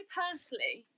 personally